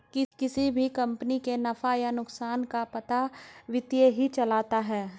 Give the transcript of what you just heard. किसी भी कम्पनी के नफ़ा या नुकसान का भी पता वित्त ही चलता है